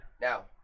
Now